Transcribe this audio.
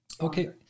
Okay